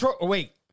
Wait